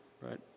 right